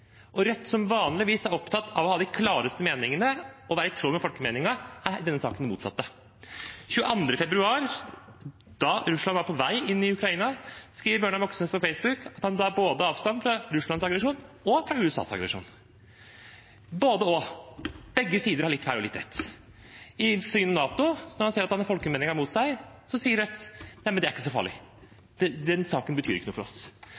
Rødt sitt sanne jeg i sikkerhetspolitikken. Rødt, som vanligvis er opptatt av å ha de klareste meningene og være i tråd med folkemeningen, er i denne saken det motsatte. Den 22. februar, da Russland var på vei inn i Ukraina, skrev Bjørnar Moxnes på Facebook at han tar avstand både fra Russlands aggresjon og fra USAs aggresjon, altså både–og. Begge sider har litt feil og litt rett. I synet på NATO, når de ser at de har folkemeningen mot seg, sier Rødt: Nei, men det er ikke så